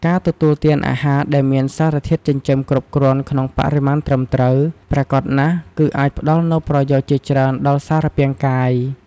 ការទទួលទានអាហារដែលមានសារធាតុចិញ្ចឹមគ្រប់គ្រាន់ក្នុងបរិមាណត្រឹមត្រូវ ប្រាកដណាស់ គឺអាចផ្តល់នូវប្រយោជន៍ជាច្រើនដល់សារពាង្គកាយ។